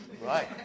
Right